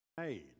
made